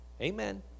Amen